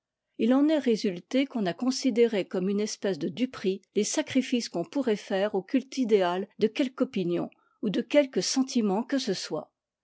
il en est résulté qu'on a considéré comme une espèce de duperie les sacrifices qu'on pourrait faire au culte idéal de quelque opinion ou de quelque sentiment que ce soit